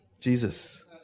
Jesus